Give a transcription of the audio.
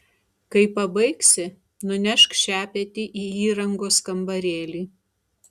kai pabaigsi nunešk šepetį į įrangos kambarėlį